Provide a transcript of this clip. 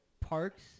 parks